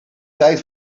tijd